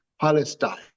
Palestine